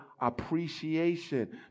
appreciation